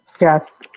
yes